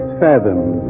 fathoms